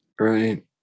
Right